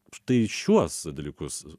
štai šiuos dalykus